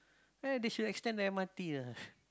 eh they should extend the m_r_t ah